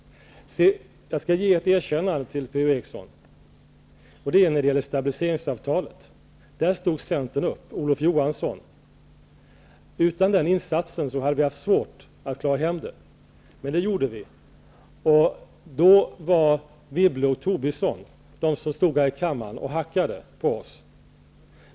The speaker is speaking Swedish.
Jag skall ge ett erkännande till Per-Ola Eriksson och det gäller stabiliseringsavtalet. Där stod Olof Johansson och Centern upp. Utan den insatsen hade vi haft svårt att klara hem det, men det gjorde vi. Då var det Wibble och Tobisson som stod här i kammaren och hackade på oss.